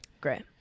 Great